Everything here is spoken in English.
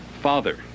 father